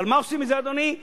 ולמה לא עושים את זה, אדוני?